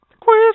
Quiz